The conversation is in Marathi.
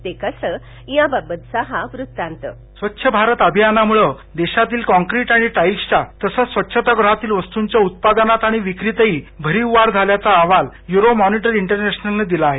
ते कसं याबद्दलचा हा वृत्तांत व्हॉइस कास्ट स्वच्छ भारत अभियानामुळं देशातील कॉक्रीट आणि स्टाईल्सच्या तसंच स्वच्छतागृहातील वस्तंच्या उत्पादनात आणि विक्रीतही भरीव वाढ झाल्याचा अहवाल व्य्रो मॉनिटर इंटरनॅशनलने दिला आहे